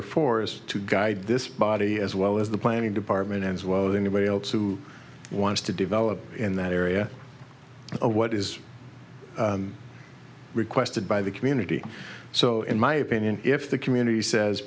are for is to guide this body as well as the planning department as well as anybody else who wants to develop in that area what is requested by the community so in my opinion if the community says